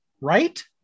right